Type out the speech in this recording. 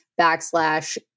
backslash